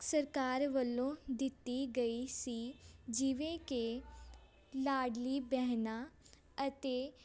ਸਰਕਾਰ ਵੱਲੋਂ ਦਿੱਤੀ ਗਈ ਸੀ ਜਿਵੇਂ ਕਿ ਲਾਡਲੀ ਬਹਿਨਾ ਅਤੇ